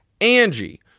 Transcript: Angie